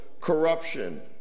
corruption